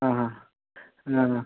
ಹಾಂ ಹಾಂ ಹಾಂ ಹಾಂ